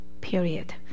Period